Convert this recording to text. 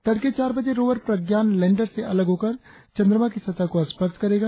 तड़के चार बजे रोवर प्रज्ञान लैंडर से अलग होकर चंद्रमा की सतह को स्पर्श करेगा